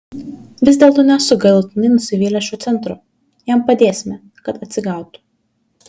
vis dėlto nesu galutinai nusivylęs šiuo centru jam padėsime kad atsigautų